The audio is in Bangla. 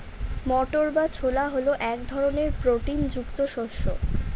মটর বা ছোলা হল এক ধরনের প্রোটিন যুক্ত শস্য